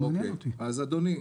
אדוני,